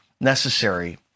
necessary